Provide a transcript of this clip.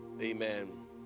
Amen